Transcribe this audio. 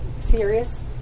serious